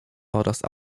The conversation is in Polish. oraz